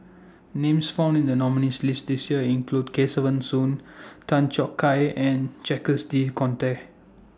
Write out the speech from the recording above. Names found in The nominees' list This Year include Kesavan Soon Tan Choo Kai and Jacques De Coutre